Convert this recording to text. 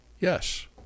yes